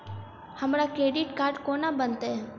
हमरा credit card कोना बनतै?